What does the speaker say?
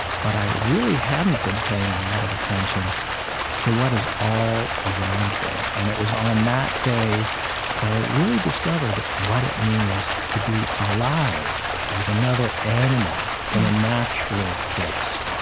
but i really hadn't been paying a lot of attention to what is all around me. and it was on that day that i really discovered what it means to be alive as another animal in a natural place.